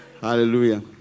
Hallelujah